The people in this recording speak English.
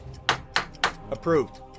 Approved